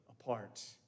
apart